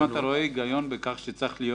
האם אתה רואה היגיון בכך שצריך להיות